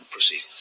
Proceed